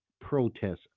protests